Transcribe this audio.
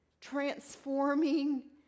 transforming